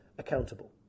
accountable